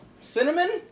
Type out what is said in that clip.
Cinnamon